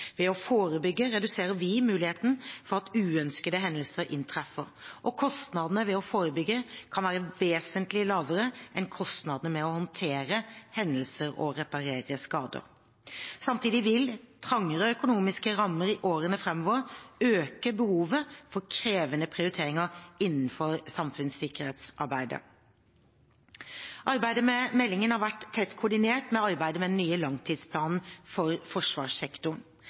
Ved å forebygge reduserer vi muligheten for at uønskede hendelser inntreffer, og kostnadene ved å forebygge kan være vesentlig lavere enn kostnadene ved å håndtere hendelser og reparere skader. Samtidig vil trangere økonomiske rammer i årene framover øke behovet for krevende prioriteringer innenfor samfunnssikkerhetsarbeidet. Arbeidet med meldingen har vært tett koordinert med arbeidet med den nye langtidsplanen for forsvarssektoren.